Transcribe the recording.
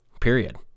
period